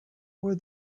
were